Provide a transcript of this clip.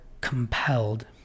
compelled